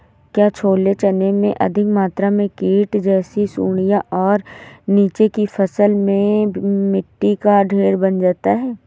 क्या छोले चने में अधिक मात्रा में कीट जैसी सुड़ियां और नीचे की फसल में मिट्टी का ढेर बन जाता है?